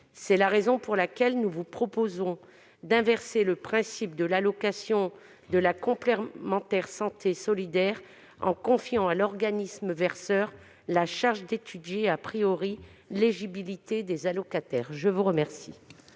C'est la raison pour laquelle nous vous proposons d'inverser le principe de l'allocation de la complémentaire santé solidaire en confiant à l'organisme verseur la charge d'étudier l'éligibilité des allocataires. La parole